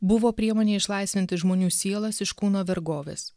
buvo priemonė išlaisvinti žmonių sielas iš kūno vergovės